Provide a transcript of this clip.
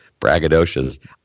braggadocious